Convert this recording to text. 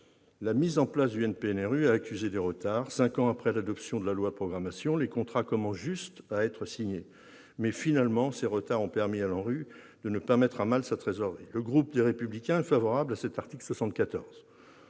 La mise en place du NPNRU a accusé des retards : cinq ans après l'adoption de la loi de programmation, les contrats commencent seulement à être signés ... Mais, finalement, ces retards ont permis à l'ANRU de ne pas mettre à mal sa trésorerie. Le groupe Les Républicains est favorable à cet article 74.